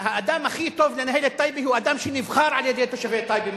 האדם הכי טוב לנהל את טייבה הוא אדם שנבחר על-ידי תושבי טייבה,